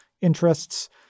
interests